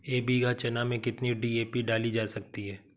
एक बीघा चना में कितनी डी.ए.पी डाली जा सकती है?